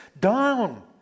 down